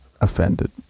offended